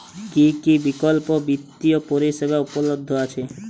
কী কী বিকল্প বিত্তীয় পরিষেবা উপলব্ধ আছে?